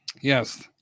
yes